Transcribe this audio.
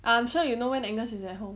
I'm sure you know when agnes is at home